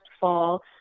fall